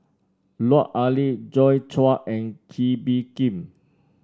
Lut Ali Joi Chua and Kee Bee Khim